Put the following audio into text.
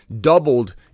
doubled